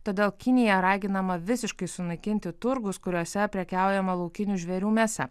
todėl kinija raginama visiškai sunaikinti turgus kuriuose prekiaujama laukinių žvėrių mėsa